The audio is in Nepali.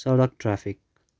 सडक ट्राफिक